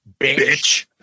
Bitch